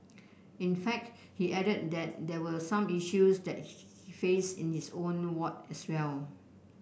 in fact he added that there were some issues that faced in his own ward as well